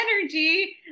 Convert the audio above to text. energy